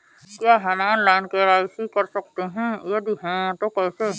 क्या हम online KYC कर सकते हैं यदि हाँ तो कैसे?